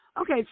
Okay